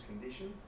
condition